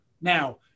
Now